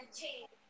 change